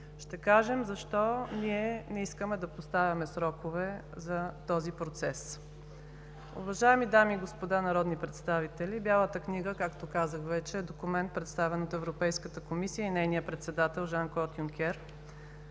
Ще кажем защо ние не искаме да поставяме срокове за този процес. Уважаеми дами и господа народни представители, Бялата книга, както казах вече, е документ, представен от Европейската комисия и нейния председател Жан-Клод Юнкер.